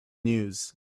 news